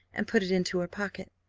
and put it into her pocket.